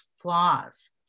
flaws